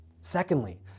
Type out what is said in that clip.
Secondly